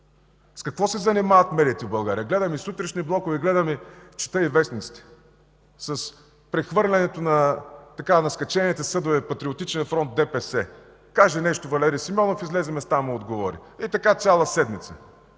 С какво се занимават медиите в България? Гледам и сутрешните блокове, чета и вестниците. С прехвърлянето на скачените съдове Патриотичен фронт – ДПС: каже нещо Валери Симеонов – излезе Местан и му отговори. Така – цяла седмица.